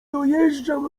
dojeżdżam